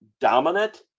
dominant